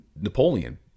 Napoleon